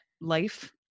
life